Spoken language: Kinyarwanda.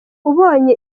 ubonye